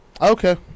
Okay